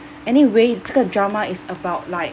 anyway 这个 drama is about like